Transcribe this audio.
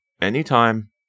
anytime